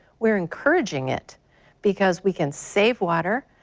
we're encouraging it because we can save water.